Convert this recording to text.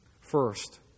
first